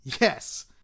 Yes